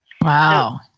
Wow